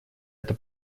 эта